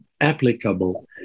applicable